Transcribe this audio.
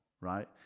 right